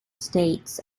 states